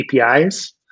apis